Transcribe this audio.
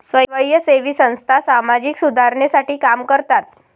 स्वयंसेवी संस्था सामाजिक सुधारणेसाठी काम करतात